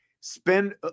spend